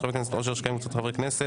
של חבר הכנסת אושר שקלים וקבוצת חברי כנסת.